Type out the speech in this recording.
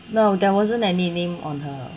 no there wasn't any name on her